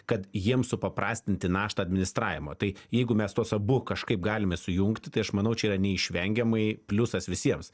kad jiems supaprastinti naštą administravimą tai jeigu mes tuos abu kažkaip galime sujungti tai aš manau čia yra neišvengiamai pliusas visiems